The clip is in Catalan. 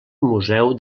museu